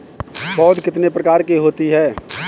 पौध कितने प्रकार की होती हैं?